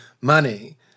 money